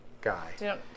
guy